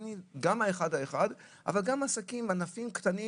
פרטנית לפי אזור, לפי עסק, לפי מקרה דברים קטנים